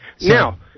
Now